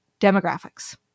demographics